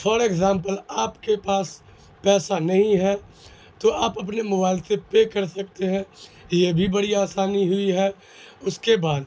for example آپ کے پاس پیسہ نہیں ہے تو آپ اپنے موبائل سے پے کر سکتے ہیں یہ بھی بڑی آسانی ہوئی ہے اس کے بعد